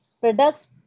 products